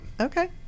Okay